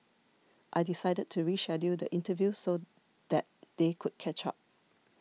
I decided to reschedule the interview so that they could catch up